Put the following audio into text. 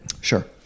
Sure